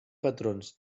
patrons